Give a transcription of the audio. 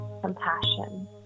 compassion